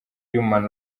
human